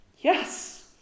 Yes